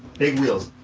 big wheels,